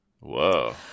Whoa